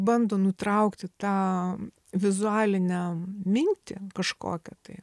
bando nutraukti tą vizualinę mintį kažkokią tai